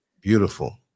Beautiful